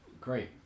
Great